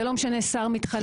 זה לא משנה שר מתחלף לא מתחלף.